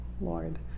lord